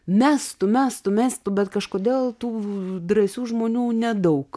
mestų mestų mestų bet kažkodėl tų drąsių žmonių nedaug